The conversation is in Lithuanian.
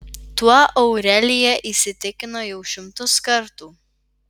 tuo aurelija įsitikino jau šimtus kartų